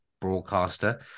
broadcaster